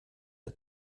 der